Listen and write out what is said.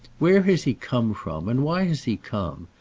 where has he come from and why has he come,